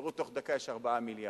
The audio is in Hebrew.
תראו תוך דקה ישר בא מיליארד.